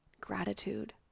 gratitude